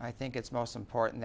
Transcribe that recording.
i think it's most important